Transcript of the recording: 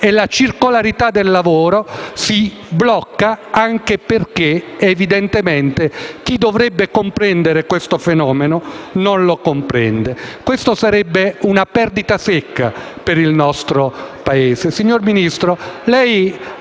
e la circolarità del lavoro si blocca anche perché evidentemente chi dovrebbe comprendere questo fenomeno non lo comprende. Questa sarebbe una perdita secca per il nostro Paese.